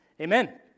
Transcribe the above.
amen